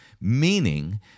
meaning